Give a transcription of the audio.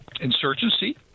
insurgency